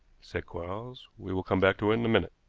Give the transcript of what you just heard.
said quarles we will come back to it in a minute.